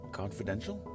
confidential